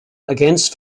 against